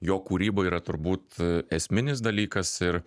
jo kūryba yra turbūt esminis dalykas ir